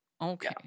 Okay